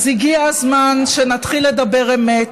אז הגיע הזמן שנתחיל לדבר אמת,